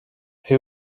who